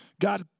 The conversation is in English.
God